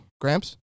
Gramps